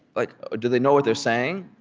like ah do they know what they're saying?